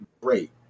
great